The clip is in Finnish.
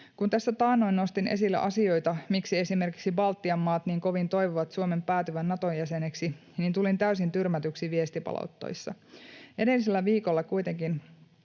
taannoin nostin esille asioita, esimerkiksi miksi Baltian maat niin kovin toivovat Suomen päätyvän Naton jäseneksi, niin tulin täysin tyrmätyksi viestipalautteissa. Edellisellä viikolla kuitenkin